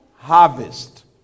Harvest